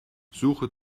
suche